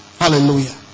Hallelujah